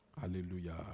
Hallelujah